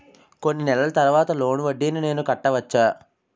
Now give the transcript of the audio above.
కొన్ని నెలల తర్వాత లోన్ వడ్డీని నేను కట్టవచ్చా?